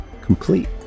complete